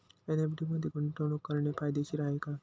FD मध्ये गुंतवणूक करणे फायदेशीर आहे का?